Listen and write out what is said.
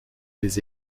les